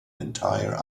entire